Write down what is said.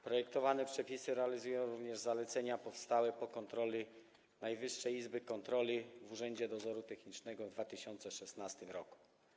Projektowane przepisy realizują również zalecenia powstałe po kontroli Najwyższej Izby Kontroli w Urzędzie Dozoru Technicznego w 2016 r.